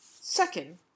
Second